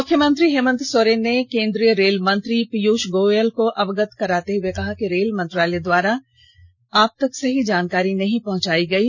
मुख्यमंत्री श्री हेमन्त सोरेन ने केंद्रीय रेल मंत्री श्री पीयूष गोयल को अवगत कराते हए कहा कि रेल मंत्रालय द्वारा आप तक सही जानकारी नहीं पहँचायी गयी